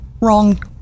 Wrong